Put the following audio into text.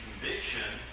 conviction